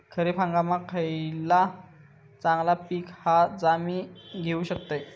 खरीप हंगामाक खयला चांगला पीक हा जा मी घेऊ शकतय?